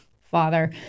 father